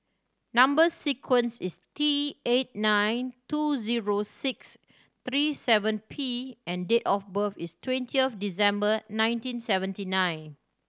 number sequence is T eight nine two zero six three seven P and date of birth is twenty of December one thousand nine hundred and seventy nine